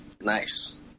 nice